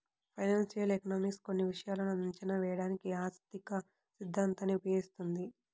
financial economics కొన్ని విషయాలను అంచనా వేయడానికి ఆర్థికసిద్ధాంతాన్ని ఉపయోగిస్తుంది